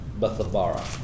Bethabara